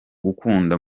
gukunda